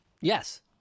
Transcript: Yes